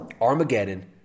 Armageddon